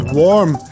warm